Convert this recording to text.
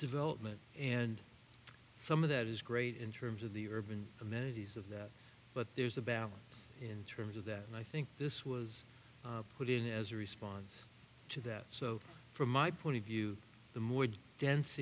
development and some of that is great in terms of the urban amenities of that but there's a balance in terms of that and i think this was put in as a response to that so from my point of view the more dense